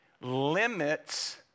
limits